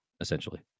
Essentially